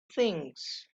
things